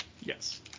Yes